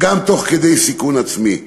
וגם תוך כדי סיכון עצמי.